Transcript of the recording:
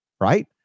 right